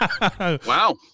Wow